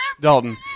Dalton